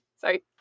Sorry